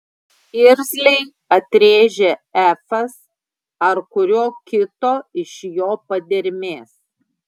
irzliai atrėžė efas ar kurio kito iš jo padermės